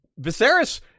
Viserys